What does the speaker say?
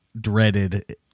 dreaded